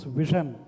vision